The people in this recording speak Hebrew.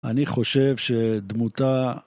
אני חושב שדמותה...